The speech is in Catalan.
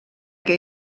que